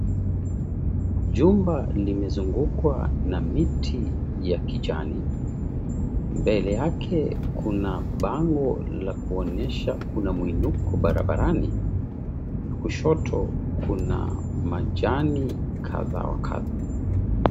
Jumba limezungukwa na miti ya kijani. Mbele yake kuna bango la kuonyesha kuna muinuko barabarani. Kushoto kuna majani kadha wa kadha.